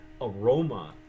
aroma